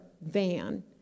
van